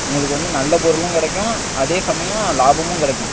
உங்களுக்கு வந்து நல்ல பொருளும் கிடைக்கும் அதே சமயம் லாபமும் கிடைக்கும்